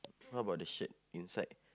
what about the shirt inside